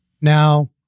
Now